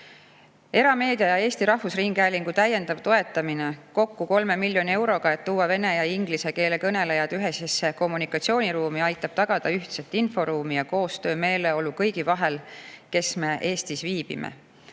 Erameedia ja Eesti Rahvusringhäälingu täiendav toetamine kokku 3 miljoni euroga, et tuua vene ja inglise keele kõnelejad ühisesse kommunikatsiooniruumi, aitab tagada ühtset inforuumi ja koostöömeeleolu kõigi vahel, kes me Eestis viibime.